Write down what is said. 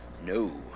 No